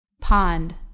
Pond